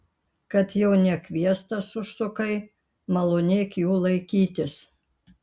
kad jau nekviestas užsukai malonėk jų laikytis